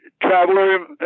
traveler